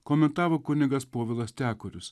komentavo kunigas povilas tekorius